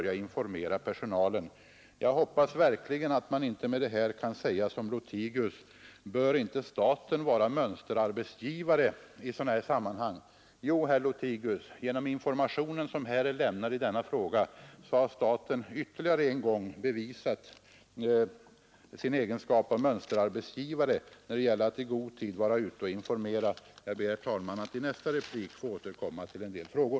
Jag hoppas verkligen att det därmed har givits ett svar på herr Lothigius” fråga, om inte staten bör vara en mönsterarbetsgivare i sådana här sammanhang. Jo, herr Lothigius, genom den information som lämnats i denna fråga har staten ytterligare en gång bevisat sin egenskap av mönsterarbetsgivare när det gäller att i god tid vara ute och informera. Jag ber, herr talman, att i nästa replik få återkomma till en del frågor.